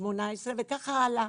וכך הלאה.